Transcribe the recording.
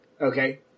Okay